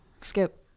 Skip